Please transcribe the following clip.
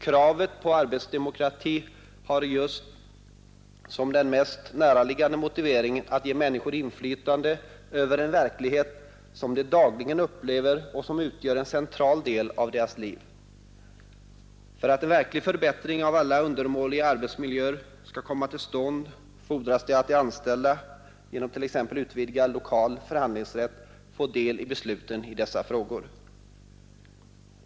Kravet på arbetsdemokrati har just som den mest näraliggande motiveringen att ge människor inflytande över en verklighet som de dagligen upplever och som utgör en central del av deras liv. För att verklig förbättring av alla undermåliga arbetsmiljöer skall komma till stånd fordras det att de anställda genom t.ex. utvidgad lokal förhandlingsrätt får del i besluten i dessa frågor.